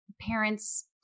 parents